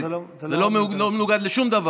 היושב-ראש, זה מנוגד, זה לא מנוגד לשום דבר.